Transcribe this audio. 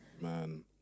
Man